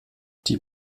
die